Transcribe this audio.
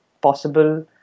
possible